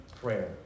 prayer